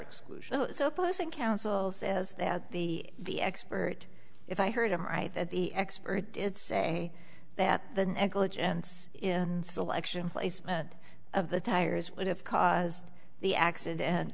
exclusion so pleasant counsel says that the the expert if i heard him right that the expert did say that the negligence in selection placement of the tires would have caused the accident